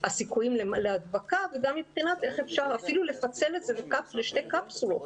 הסיכויים להדבקה וגם מבחינת איך אפשר אפילו לפצל את זה לשתי קפסולות.